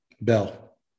Bell